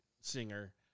singer